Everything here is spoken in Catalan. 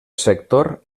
sector